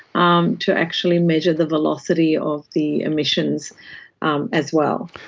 um to actually measure the velocity of the emissions um as well.